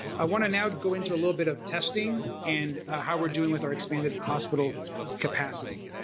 i want to now go into a little bit of testing and how we're doing with our expanded hospital capacity.